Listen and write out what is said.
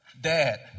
dad